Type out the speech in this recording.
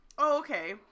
Okay